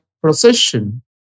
procession